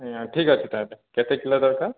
ଆଜ୍ଞା ଠିକ୍ଅଛି ତାହେଲେ କେତେ କିଲୋ ଦରକାର